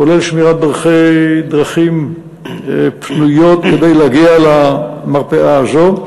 כולל שמירת דרכים פנויות כדי להגיע למרפאה הזו.